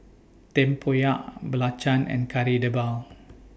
Tempoyak Belacan and Kari Debal